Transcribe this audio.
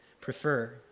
prefer